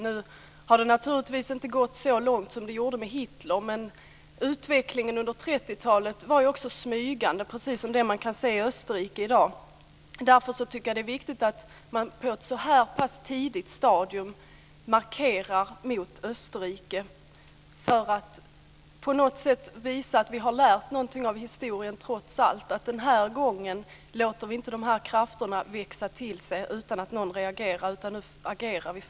Nu har det naturligtvis inte gått så långt som det gjorde med Hitler, men utvecklingen under 30-talet var också smygande, precis som man kan se i Därför är det viktigt att EU på ett så tidigt stadium markerar mot Österrike, för att visa att vi trots allt har lärt någonting av historien, att vi den här gången inte låter dessa krafter växa till sig utan att någon reagerar, utan nu agerar vi.